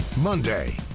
Monday